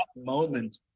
moment